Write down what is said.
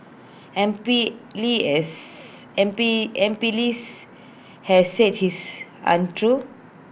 M P lee is M P M P Lee's has said his is untrue